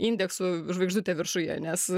indeksų žvaigždute viršuj nes